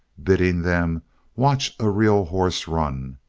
bidding them watch a real horse run,